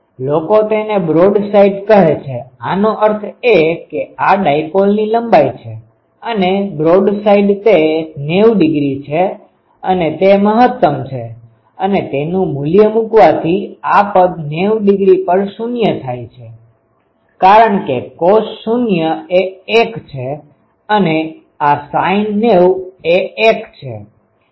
લોકો તેને broad side કહે છે આનો અર્થ એ કે આ ડાયપોલની લંબાઈ છે અને બ્રોડ સાઈડ તે 90 ડિગ્રી છે અને તે મહત્તમ છે અને તેનુ મુલ્ય મુકવાથી આ પદ 90 ડિગ્રી પર 0 થાય છે કારણ કે cos૦ એ 1 છે અને આ sin90 એ 1 છે